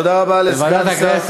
תודה רבה לסגן השר.